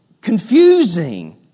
confusing